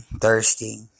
thirsty